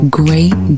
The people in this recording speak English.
great